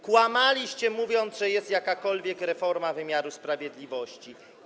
Kłamaliście, mówiąc, że jest jakakolwiek reforma wymiaru sprawiedliwości.